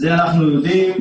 את זה אנחנו יודעים,